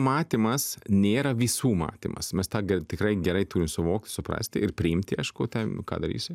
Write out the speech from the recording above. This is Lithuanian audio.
matymas nėra visų matymas mes tą gal tikrai gerai turim suvokt suprasti ir priimti aišku ten ką darysi